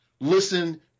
listen